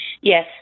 Yes